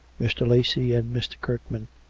mr. lacy and mr. kirkman,